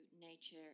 nature